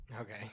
Okay